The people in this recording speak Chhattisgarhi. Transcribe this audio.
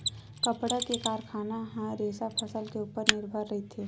कपड़ा के कारखाना ह रेसा फसल के उपर निरभर रहिथे